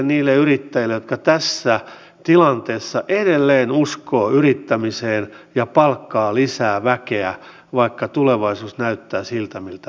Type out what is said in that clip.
voidaanko se ottaa käyttöön kesken vuoden minä selvitän tämän koska kyllä minäkin näitä työkaluja tarvitsen ilman muuta